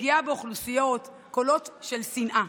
לפגיעה באוכלוסיות, קולות של שנאה.